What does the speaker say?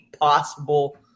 possible